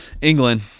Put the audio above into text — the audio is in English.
England